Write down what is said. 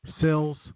sales